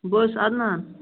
بہٕ حظ چھُس ادنان